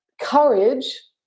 courage